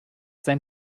sein